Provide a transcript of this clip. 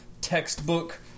textbook